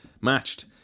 matched